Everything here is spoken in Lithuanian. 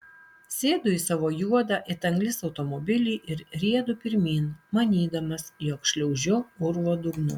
sėdu į savo juodą it anglis automobilį ir riedu pirmyn manydamas jog šliaužiu urvo dugnu